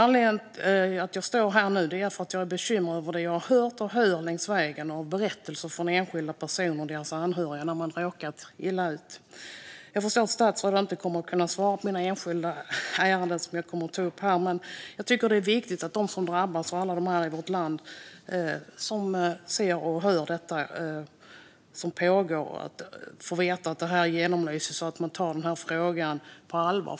Anledningen till att jag står här nu är att jag är bekymrad över det jag har hört och hör längs vägen. Det är berättelser från enskilda personer om hur deras anhöriga har råkat illa ut. Jag förstår att statsrådet inte kommer att kunna svara på frågor i de enskilda ärenden som jag tar upp här, men jag tycker att det är viktigt att de som drabbas och alla andra i vårt land som ser och hör detta får veta att det här genomlyses och att man tar frågan på allvar.